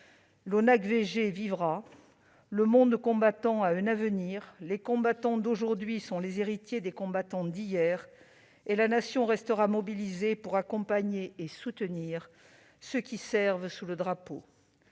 l'ONACVG vivra, le monde combattant a un avenir, les combattants d'aujourd'hui sont les héritiers des combattants d'hier et la Nation restera mobilisée pour accompagner et soutenir ceux qui servent sous le drapeau.